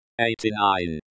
eighty-nine